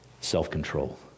self-control